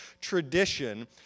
tradition